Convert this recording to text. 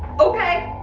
okay,